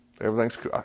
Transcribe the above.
Everything's